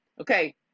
Okay